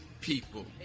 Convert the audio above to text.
people